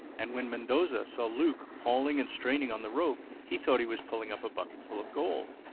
and when mendoza saw luke hauling and straining on the rope he thought he was pulling up a bucketful of gold.